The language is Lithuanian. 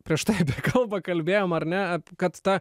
prieš tai apie kalbą kalbėjom ar ne kad ta